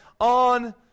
on